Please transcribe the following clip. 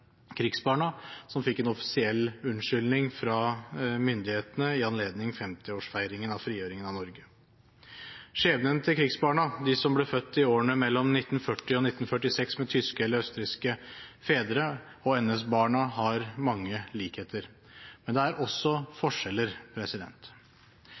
krigsbarna, som fikk en offisiell unnskyldning av myndighetene i anledning 50-årsfeiringen av frigjøringen av Norge. Skjebnen til krigsbarna, de som ble født i årene mellom 1940 og 1946 med tyske eller østerrikske fedre, og NS-barna har mange likheter, men det er også forskjeller.